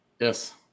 Yes